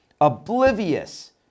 oblivious